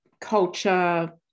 culture